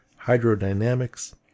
hydrodynamics